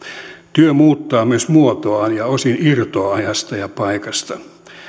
työ muuttaa myös muotoaan ja osin irtoaa ajasta ja paikasta